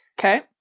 Okay